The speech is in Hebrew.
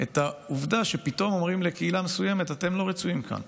את העובדה שפתאום אומרים לקהילה מסוימת: אתם לא רצויים כאן.